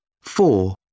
Four